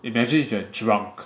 imagine if you are drunk